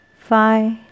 five